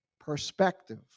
Perspective